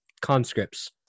conscripts